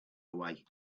away